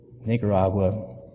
Nicaragua